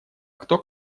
кто